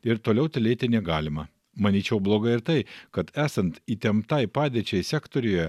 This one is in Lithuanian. ir toliau tylėti negalima manyčiau blogai ir tai kad esant įtemptai padėčiai sektoriuje